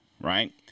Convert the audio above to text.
right